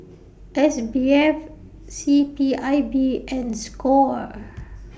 S B F C P I B and SCORE